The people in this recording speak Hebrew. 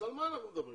אז על מה אנחנו מדברים?